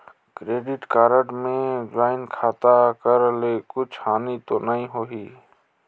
Credit card मे joint खाता कर से कुछ हानि तो नइ होही?